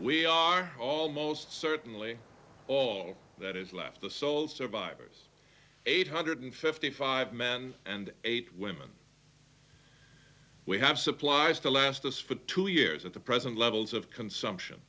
we are almost certainly all that is left the sole survivors eight hundred fifty five men and eight women we have supplies to last us for two years at the present levels of consumption